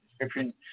description